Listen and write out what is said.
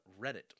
Reddit